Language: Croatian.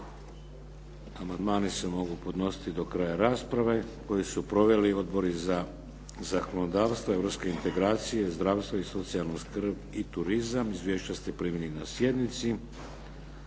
Vlada. Amandmani se mogu podnositi do kraja rasprave koju su proveli Odbori za zakonodavstvo, europske integracije, zdravstvo i socijalnu skrb i turizam. Izvješća ste primili na sjednici.